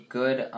good